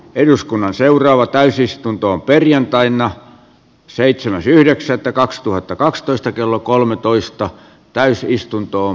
eduskunnan seuraava täysistuntoon perjantaina seitsemäs yhdeksättä kaksituhattakaksitoista kello kolmetoista lukien